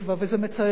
וזה מצער אותי.